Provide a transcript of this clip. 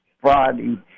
Friday